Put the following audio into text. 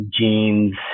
jeans